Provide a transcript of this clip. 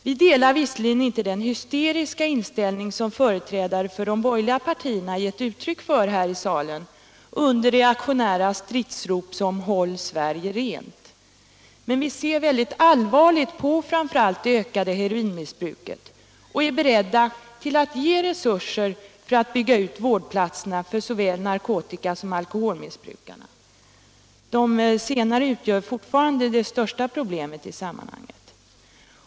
Vi har emellertid inte den hysteriska inställning som företrädare för de borgerliga partierna gett uttryck för här i salen under reaktionära stridsrop som ”håll Sverige rent”. Men vi ser mycket allvarligt på framför allt det ökade heroinmissbruket och är beredda att ge resurser för att man skall kunna bygga ut vårdplatserna för såväl narkotikasom alkoholmissbrukarna. De senare utgör fortfarande det största problemet i sammanhanget.